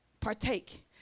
partake